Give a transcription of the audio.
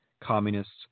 communists